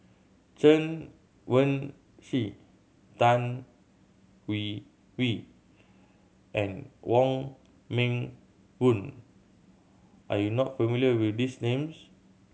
Chen Wen Hsi Tan Hwee Hwee and Wong Meng Voon are you not familiar with these names